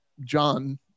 John